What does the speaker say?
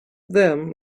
them